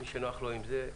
מי שנוח לו עם זה,